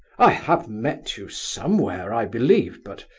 i have met you somewhere i believe, but